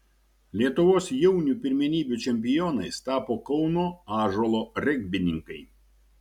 lietuvos jaunių pirmenybių čempionais tapo kauno ąžuolo regbininkai